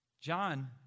John